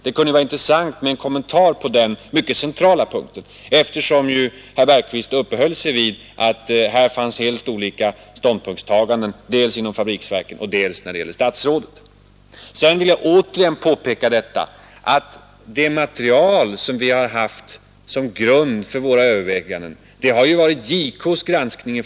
Det hade varit intressant med en kommentar på den mycket centrala punkten, eftersom herr Bergqvist hävdar att här fanns det olika ståndpunktstaganden dels inom fabriksverken och dels när det gäller berörda statsråd. Jag vill härefter återigen påpeka att det material som vi haft som grund för våra överväganden i första hand har tagits från JK :s granskning.